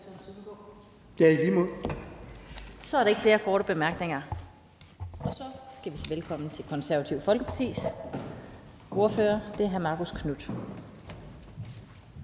Så er der ikke flere korte bemærkninger. Og så skal vi sige velkommen til Det Konservative Folkepartis ordfører. Det er hr. Marcus Knuth.